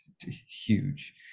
huge